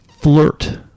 flirt